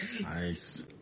Nice